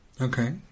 Okay